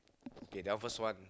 okay that one first one